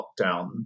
lockdown